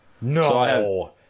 No